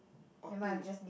or two